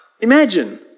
Imagine